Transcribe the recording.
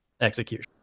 execution